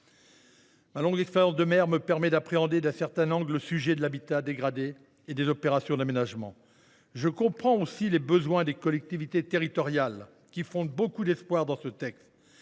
Ma longue expérience de maire me permet d’appréhender sous un certain angle le sujet de l’habitat dégradé et des opérations d’aménagement. Je comprends aussi les besoins des collectivités territoriales, qui fondent beaucoup d’espoirs dans ce texte.